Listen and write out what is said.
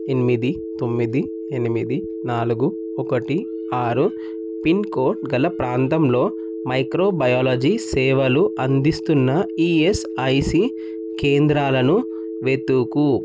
ఎనిమిది తొమ్మిది ఎనిమిది నాలుగు ఒకటి ఆరు పిన్కోడ్ గల ప్రాంతంలో మైక్రో బయాలజీ సేవలు అందిస్తున్నఈఎస్ఐసి కేంద్రాలను వెతుకు